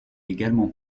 également